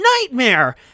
nightmare